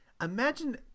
imagine –